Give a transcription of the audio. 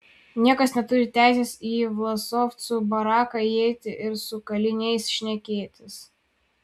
niekas neturi teisės į vlasovcų baraką įeiti ir su kaliniais šnekėtis